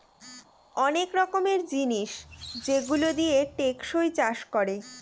অনেক রকমের জিনিস যেগুলো দিয়ে টেকসই চাষ করে